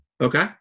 Okay